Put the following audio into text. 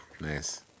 nice